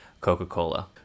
Coca-Cola